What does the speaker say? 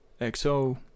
XO